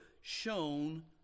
shown